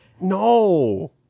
No